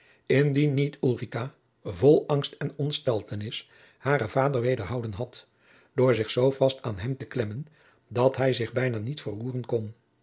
indien niet ulrica vol angst en ontsteltenis haren vader wederhouden had door zich zoo vast aan hem te klemmen dat hij zich bijna niet verroeren kon